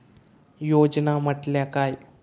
योजना म्हटल्या काय?